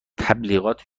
تبلیغات